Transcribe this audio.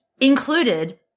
included